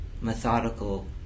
methodical